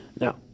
Now